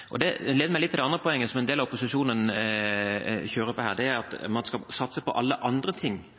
en del av opposisjonen kjører på her, og det er at man skal satse på alle andre ting